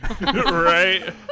right